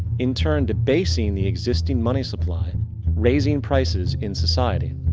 in turn, debasing the existing money supply raising prices in society.